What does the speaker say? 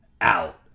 out